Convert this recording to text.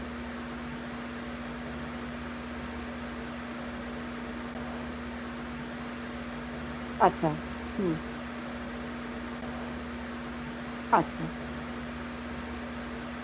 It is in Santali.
ᱟᱪᱪᱷᱟ ᱦᱩᱸ ᱟᱪᱪᱷᱟ